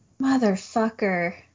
Motherfucker